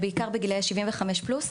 בעיקר בגילאי 75 פלוס,